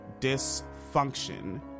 dysfunction